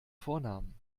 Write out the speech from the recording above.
vornamen